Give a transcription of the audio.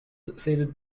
succeeded